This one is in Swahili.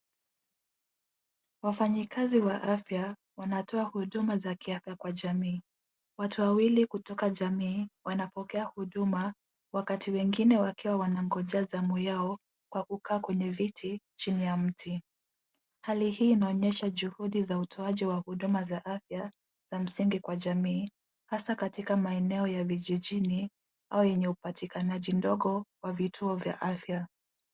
Wafanyikazi wa afya wanatoa huduma za kiafya jamii. Watu wawili kutoka jamii wanapokea huduma, wakati wengine wakiwa wanangoja zamu yao, kwa kukaa kwenye viti, chini ya mti. Hali hii inaonyesha juhudi za utoaji wa huduma za afya za msingi kwa jamii hasa katika maeneo ya vijijini au yenye upatikanaji ndogo wa vituo vya afya.